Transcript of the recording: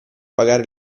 pagare